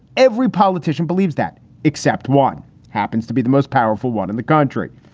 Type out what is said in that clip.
every politician believes that except one happens to be the most powerful one in the country.